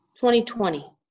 2020